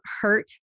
hurt